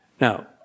now